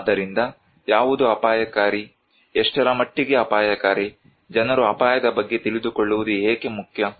ಆದ್ದರಿಂದ ಯಾವುದು ಅಪಾಯಕಾರಿ ಎಷ್ಟರ ಮಟ್ಟಿಗೆ ಅಪಾಯಕಾರಿ ಜನರು ಅಪಾಯದ ಬಗ್ಗೆ ತಿಳಿದುಕೊಳ್ಳುವುದು ಏಕೆ ಮುಖ್ಯ